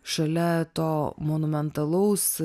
šalia to monumentalaus